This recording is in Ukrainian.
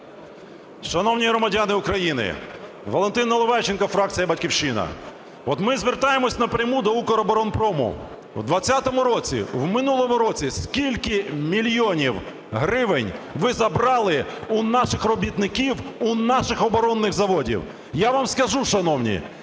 Шановні громадяни України, Валентин Наливайченко, фракція "Батьківщина". От ми звертаємося на пряму до "Укроборонпрому". В 20-му році в минулому році скільки мільйонів гривень ви забрали у наших робітників, у наших оборонних заводів? Я вам скажу, шановні.